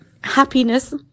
Happiness